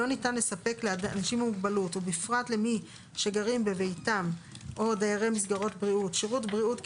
לא ניתן לספק לאנשים עם מוגבלות שגרים בביתם או לדיירי מסגרות דיור,